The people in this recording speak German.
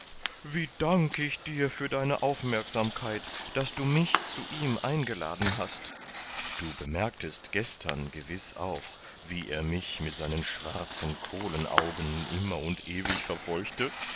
wie danke ich dir für deine aufmerksamkeit daß du mich zu ihm eingeladen hast du bemerktest gestern gewiß auch wie er mich mit seinen schwarzen kohlenaugen immer und ewig verfolgte